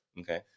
Okay